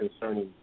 concerning